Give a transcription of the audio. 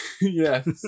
Yes